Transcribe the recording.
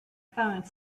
phone